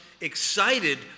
excited